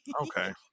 okay